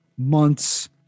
months